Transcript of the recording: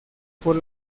por